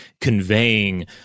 conveying